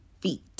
feet